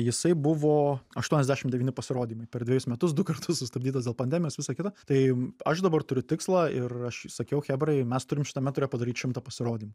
jisai buvo aštuoniasdešim devyni pasirodymai per dvejus metus du kartus sustabdytas dėl pandemijos visa kita tai aš dabar turiu tikslą ir aš sakiau chebrai mes turim šitame ture padaryt šimtą pasirodymų